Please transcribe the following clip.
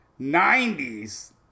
90s